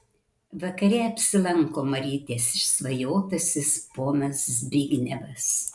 vakare apsilanko marytės išsvajotasis ponas zbignevas